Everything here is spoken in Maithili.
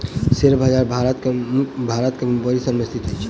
शेयर बजार भारत के मुंबई शहर में स्थित अछि